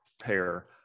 pair